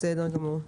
בסדר גמור.